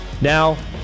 Now